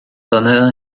دادن